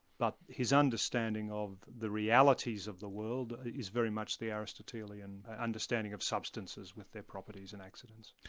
but his understanding of the realities of the world is very much the aristotelian understanding of substances with their properties and accidents.